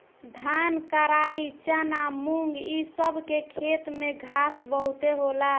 धान, कराई, चना, मुंग इ सब के खेत में घास बहुते होला